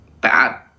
bad